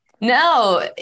No